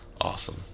Awesome